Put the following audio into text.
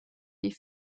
die